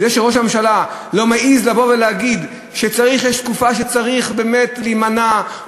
גם זה שראש הממשלה לא מעז לבוא ולהגיד שיש תקופה שבה צריך באמת להימנע,